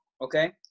Okay